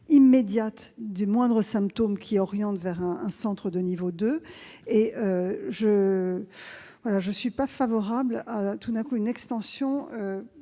immédiate du moindre symptôme qui oriente vers un centre de niveau 2. Je ne suis pas favorable à une extension